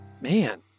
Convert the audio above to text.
Man